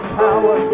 power